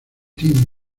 tim